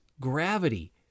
Gravity